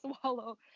swallow